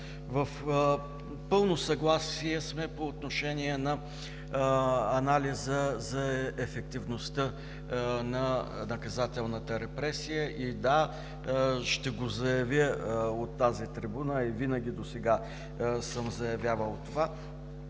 в пълно съгласие сме по отношение на анализа за ефективността на наказателната репресия. Да, ще го заявя от тази трибуна и винаги досега съм заявявал това: